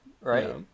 Right